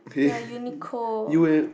you're Uniqlo